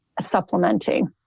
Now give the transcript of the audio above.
supplementing